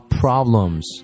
problems